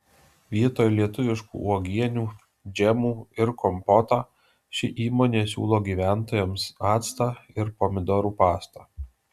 vietoj lietuviškų uogienių džemų ir kompotą ši įmonė siūlo gyventojams actą ir pomidorų pastą